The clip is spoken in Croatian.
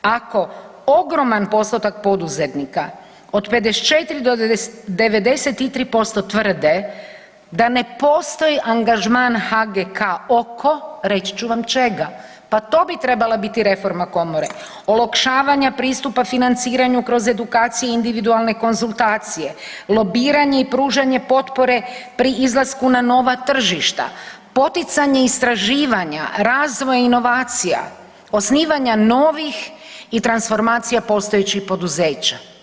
Ako ogroman postotak poduzetnika od 54 do 93% tvrde da ne postoji angažman HGK oko, reći ću vam čega, pa to bi trebala biti reforma komore, olakšavanja pristupa financiranju kroz edukacije i individualne konzultacije, lobiranje i pružanje potpore pri izlasku na nova tržišta, poticanje istraživanja, razvoj inovacija, osnivanja novih i transformacija postojećih poduzeća.